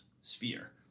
sphere